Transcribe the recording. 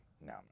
No